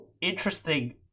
interesting